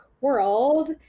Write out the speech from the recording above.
world